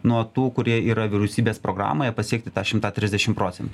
nuo tų kurie yra vyriausybės programoje pasiekti tą šimtą trisdešimt procentų